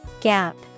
Gap